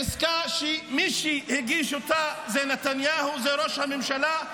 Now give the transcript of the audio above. עסקה שמי שהגיש אותה זה נתניהו, זה ראש הממשלה.